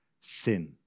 sin